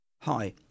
Hi